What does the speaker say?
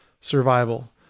survival